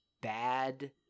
bad